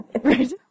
Right